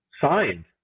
signed